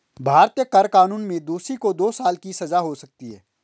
भारतीय कर कानून में दोषी को दो साल की सजा हो सकती है